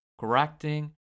correcting